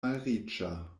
malriĉa